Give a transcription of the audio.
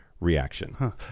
reaction